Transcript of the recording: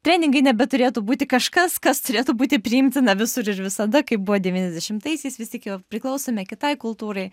treningai nebeturėtų būti kažkas kas turėtų būti priimtina visur ir visada kaip buvo devyniasdešimtaisiais vis tik jau priklausome kitai kultūrai